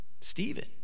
Stephen